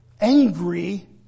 angry